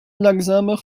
langsamer